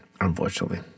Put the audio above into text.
unfortunately